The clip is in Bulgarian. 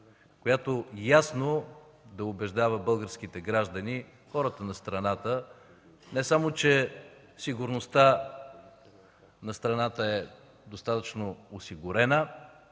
който ясно да убеждава българските граждани, хората на страната не само че сигурността на страната е достатъчно осигурена,